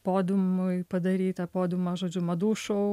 podiumui padarytą podiumą žodžiu madų šou